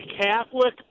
Catholic